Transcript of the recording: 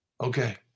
Okay